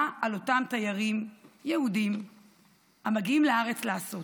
מה על אותם תיירים יהודים המגיעים לארץ לעשות?